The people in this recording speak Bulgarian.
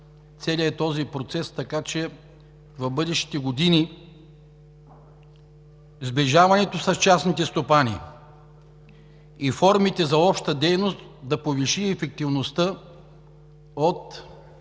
целия този процес, така че в бъдещите години сближаването с частните стопани и формите за обща дейност да повиши ефективността от